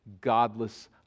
godless